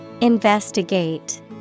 Investigate